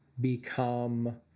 become